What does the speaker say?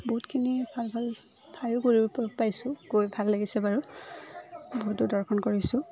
বহুতখিনি ভাল ভাল ঠাইয়ো কৰিব পাইছোঁ গৈ ভাল লাগিছে বাৰু বহুতো দৰ্শন কৰিছোঁ